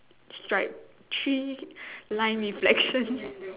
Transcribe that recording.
stripe three line reflection